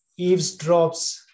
eavesdrops